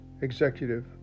executive